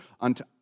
Unto